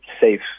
safe